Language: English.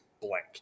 blank